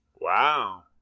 Wow